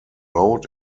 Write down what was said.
road